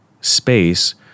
space